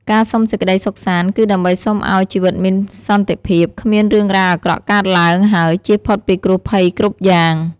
ការសុំសេចក្តីសុខសាន្ត គឺដើម្បីសុំឱ្យ ជីវិតមានសន្តិភាព គ្មាន រឿងរ៉ាវអាក្រក់កើតឡើង ហើយ ចៀសផុតពីគ្រោះភ័យ គ្រប់យ៉ាង។